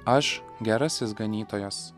aš gerasis ganytojas